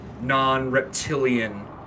non-reptilian